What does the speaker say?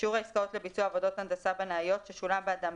(ד)שיעור העסקאות לביצוע עבודות הנדסה בנאיות ששולם בעדן,